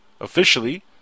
Officially